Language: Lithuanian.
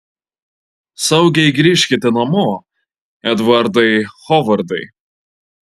saugiai grįžkite namo edvardai hovardai